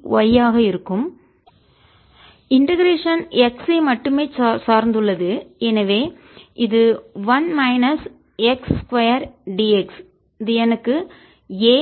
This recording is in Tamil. dlVy∂x Vx∂ydxdy இண்டெகரேஷன் x ஐ மட்டுமே சார்ந்துள்ளது எனவே இது 1 மைனஸ் x 2 dx இது எனக்கு a